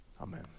Amen